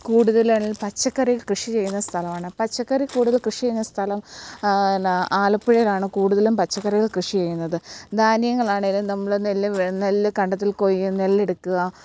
കൂടുതലും പച്ചക്കറി കൃഷി ചെയ്യുന്ന സ്ഥലമാണ് പച്ചക്കറി കൂടുതലും കൃഷി ചെയ്യുന്ന സ്ഥലം പിന്നെ ആലപ്പുഴയിലാണ് കൂടുതലും പച്ചക്കറികൾ കൃഷി ചെയ്യുന്നത് ധാന്യങ്ങളാണെങ്കിലും നമ്മൾ നെല്ല് നെല്ല് കണ്ടത്തിൽ കൊയ്യുന്ന നെല്ലെടുക്കുക